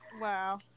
Wow